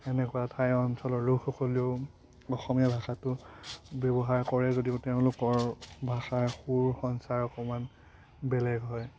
এনেকুৱা ঠাই অঞ্চলৰ লোক সকলেও অসমীয়া ভাষাটো ব্যৱহাৰ কৰে যদিও তেওঁলোকৰ ভাষাৰ সুৰ সঞ্চাৰ অকণমান বেলেগ হয়